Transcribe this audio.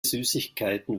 süßigkeiten